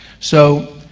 so,